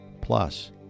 plus